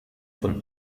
von